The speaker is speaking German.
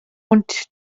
und